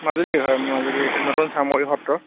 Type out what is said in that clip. মাজুলী হয় মাজুলী নতুন চামগুৰি সত্ৰ